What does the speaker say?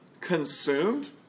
consumed